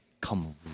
come